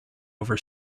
over